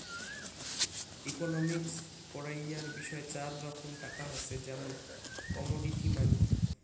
economics পড়াইয়ার বিষয় চার রকম টাকা হসে, যেমন কমোডিটি মানি